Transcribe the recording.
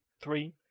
Three